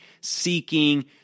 seeking